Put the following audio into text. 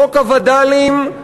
חוק הווד"לים,